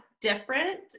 different